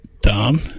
Tom